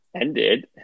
ended